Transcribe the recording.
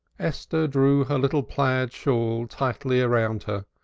esther drew her little plaid shawl tightly around her,